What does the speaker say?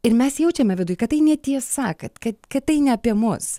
ir mes jaučiame viduj kad tai netiesa kad kad kad tai ne apie mus